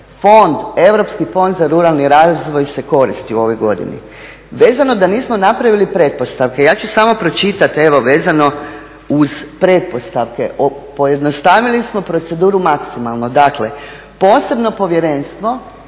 Europski fond za ruralni razvoj se koristi u ovoj godini. Vezano da nismo napravili pretpostavke, ja ću samo pročitati vezano uz pretpostavke, pojednostavili smo proceduru maksimalno, dakle posebno povjerenstvo